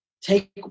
take